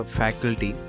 faculty